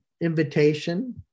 invitation